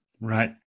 right